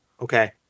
Okay